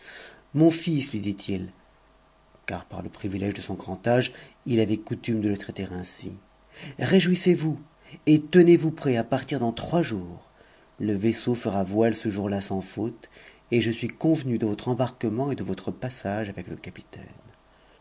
mon fils lui dit-il car privuége de son grand âge il avait coutume de le traiter ainsi jouissez vous et tenez-vous prêt à partir dans trois jours le vaisseau r t t voile ce jour-là sans faute et je suis convenu de votre embarquement t je votre passage avec e capitaine